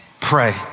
Pray